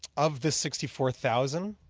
of the sixty four thousand,